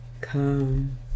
come